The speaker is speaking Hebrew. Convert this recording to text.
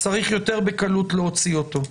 צריך יותר בקלות להוציא אותו.